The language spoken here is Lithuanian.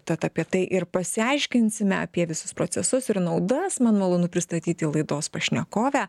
tad apie tai ir pasiaiškinsime apie visus procesus ir naudas man malonu pristatyti laidos pašnekovę